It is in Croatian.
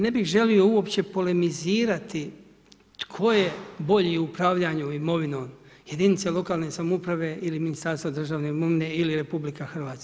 Ne bih želio uopće polemizirati tko je bolji u upravljanju imovinom, jedinice lokalne samouprave ili Ministarstvo državne imovine ili RH.